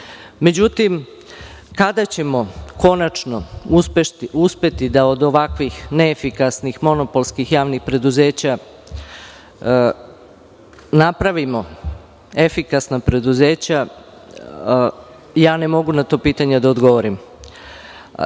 Međutim, kada ćemo konačno uspeti da od ovakvih neefikasnih monopolskih javnih preduzeća napravimo efikasna preduzeća, ne mogu na to pitanje da odgovorim. Mi,